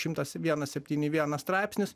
šimtas vienas septyni vienas straipsnis